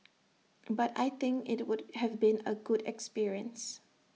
but I think IT would have been A good experience